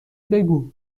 بگو